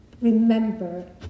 remember